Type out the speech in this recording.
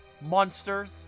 Monsters